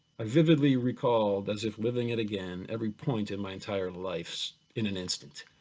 i vividly recall as if living it again, every point in my entire life, in an instant.